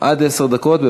עד עשר דקות.